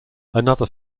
another